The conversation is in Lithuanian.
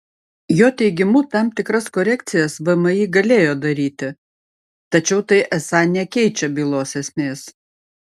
jo teigimu tam tikras korekcijas vmi galėjo daryti tačiau tai esą nekeičia bylos esmės